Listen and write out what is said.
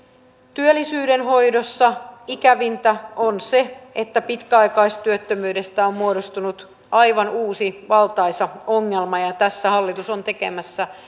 työllisyyden hoidossa ikävintä on se että pitkäaikaistyöttömyydestä on muodostunut aivan uusi valtaisa ongelma ja ja tässä hallitus on tekemässä